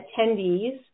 attendees